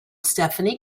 stephanie